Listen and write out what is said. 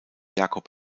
jacob